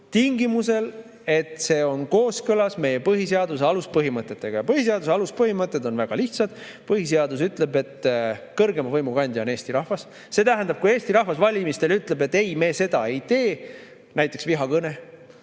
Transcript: tingimusel, et see on kooskõlas meie põhiseaduse aluspõhimõtetega? Ja põhiseaduse aluspõhimõtted on väga lihtsad. Põhiseadus ütleb, et kõrgeima võimu kandja on Eesti rahvas. See tähendab, kui Eesti rahvas valimistel ütleb, et ei, me seda ei tee, näiteks